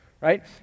right